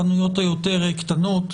היותר קטנות.